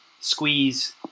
squeeze